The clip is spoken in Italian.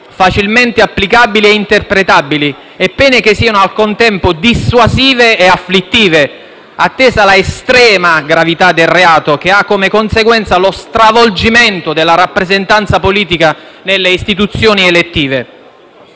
facilmente applicabili e interpretabili e pene che siano, al contempo, dissuasive e afflittive, attesa la estrema gravità del reato che ha come conseguenza lo stravolgimento della rappresentanza politica nelle istituzioni elettive.